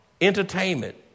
Entertainment